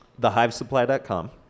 TheHiveSupply.com